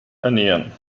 ernähren